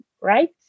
right